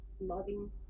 Loving